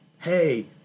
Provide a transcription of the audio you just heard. Hey